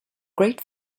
great